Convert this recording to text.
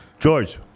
George